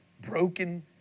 broken